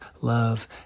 love